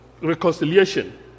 reconciliation